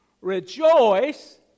Rejoice